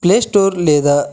play store లేదా